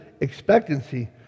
expectancy